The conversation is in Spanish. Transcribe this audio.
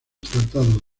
tratado